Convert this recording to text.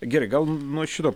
gerai gal nuo šito